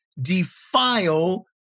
defile